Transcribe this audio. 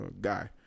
Guy